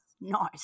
nice